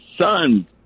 son